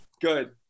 good